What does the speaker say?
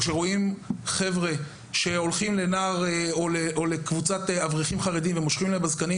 או שהולכים לחבורה של נערים חרדים ומושכים להם בזקנים,